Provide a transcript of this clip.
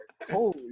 holy